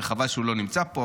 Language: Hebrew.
וחבל שהוא לא נמצא פה,